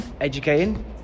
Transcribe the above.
educating